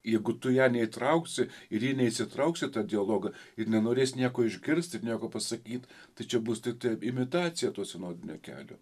jeigu tu ją neįtrauksi ir ji neįsitrauks į tą dialogą ir nenorės nieko išgirsti ir nieko pasakyt tai čia bus tiktai imitacija to sinodinio kelio